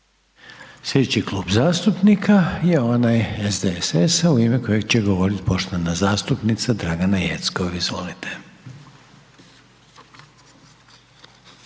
Slijedeći Klub zastupnika je onaj SDSS-a u ime kojeg će govoriti poštovana zastupnica Dragana Jeckov, izvolite.